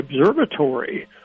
observatory